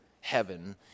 heaven